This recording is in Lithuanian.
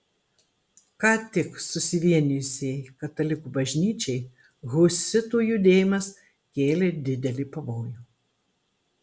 ką tik susivienijusiai katalikų bažnyčiai husitų judėjimas kėlė didelį pavojų